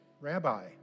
Rabbi